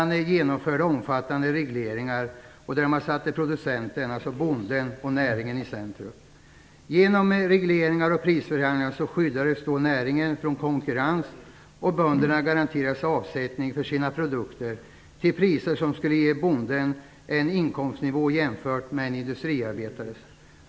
Då genomfördes omfattande regleringar, och producenten/bonden och näringen sattes i centrum. Med hjälp av regleringar och prisförhandlingar skyddades då näringen från konkurrens, och bönderna garanterades avsättning för sina produkter till priser som skulle ge bonden en inkomstnivå jämförbar med en industriarbetares.